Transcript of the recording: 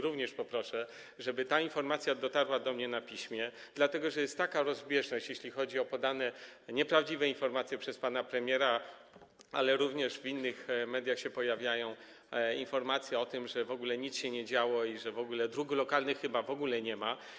Również poproszę, żeby ta informacja dotarła do mnie na piśmie, dlatego że jest rozbieżność, jeśli chodzi o podane nieprawdziwe informacje przez pana premiera, ale również w innych mediach pojawiają się informacje o tym, że w ogóle nic się nie działo i że w ogóle dróg lokalnych chyba w ogóle nie ma.